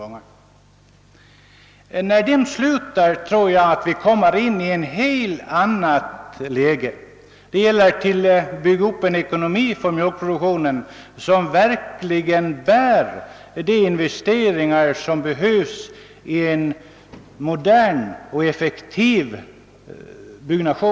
När de slutar kommer vi i ett helt annat läge. Det gäller därför att bygga upp en sådan ekonomi för mjölkproduktionen, att den verkligen kan bära sig ekonomiskt och att investeringar kan göras i moderna och effektiva byggnader.